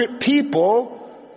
people